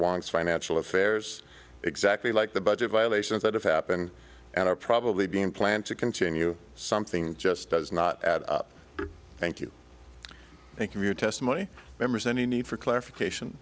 wants financial affairs exactly like the budget violations that have happened and are probably being planned to continue something just does not add up thank you thank you your testimony members any need for clarification